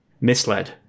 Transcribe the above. misled